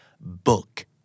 Book